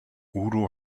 udo